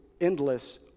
endless